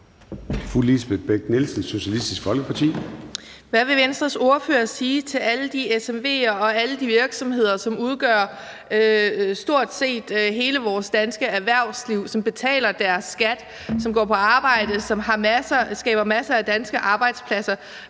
Hvad vil Venstres ordfører sige til alle de SMV'er og alle de virksomheder, som udgør stort set hele vores danske erhvervsliv, som betaler deres skat, og som skaber masser af danske arbejdspladser?